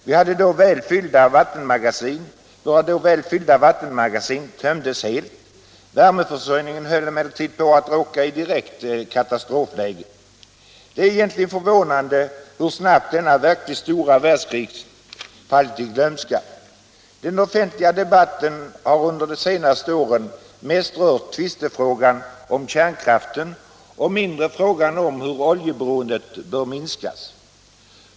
Våra då välfyllda vattenmagasin tömdes helt. Värmeförsörjningen höll emellertid på att råka i direkt katastrofläge. Det är egentligen förvånande hur snabbt denna verkligt stora världskris fallit i glömska. Den offentliga debatten har under de senaste åren mest rört tvistefrågan om kärnkraften och mindre frågan om hur oljeberoendet bör minskas.